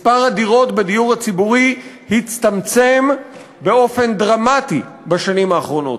מספר הדירות בדיור הציבורי הצטמצם באופן דרמטי בשנים האחרונות.